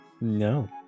no